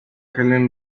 helen